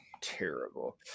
Terrible